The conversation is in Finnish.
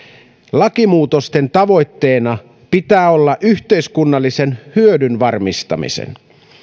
lakimuutosten tavoitteena pitää olla yhteiskunnallisen hyödyn varmistaminen